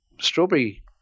strawberry